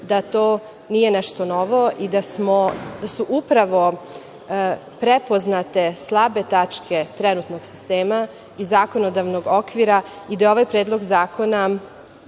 da to nije nešto novo i da su upravo prepoznate slabe tačke trenutnog sistema i zakonodavnog okvira i da je ovaj Predlog zakona